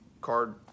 card